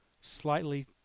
slightly